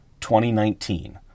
2019